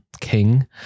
king